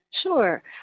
Sure